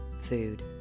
food